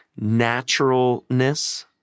naturalness